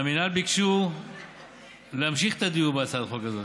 מהמינהל ביקשו להמשיך את הדיון בהצעת החוק הזאת,